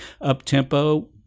up-tempo